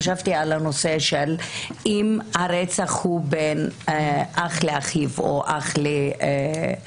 חשבתי על הנושא אם הרצח הוא בין אח לאחיו או אח לאחותו,